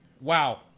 Wow